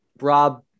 Rob